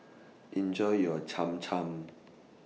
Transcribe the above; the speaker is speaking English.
Enjoy your Cham Cham